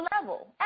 level